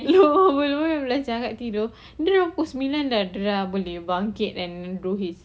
no dia yang belajar and kakak tidur dia orang sembilan dah dah boleh bangkit and do his